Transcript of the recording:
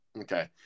Okay